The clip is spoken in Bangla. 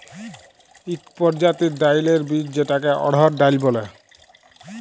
ইক পরজাতির ডাইলের বীজ যেটাকে অড়হর ডাল ব্যলে